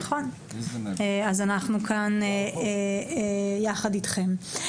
אז אנחנו כאן יחד אתכם.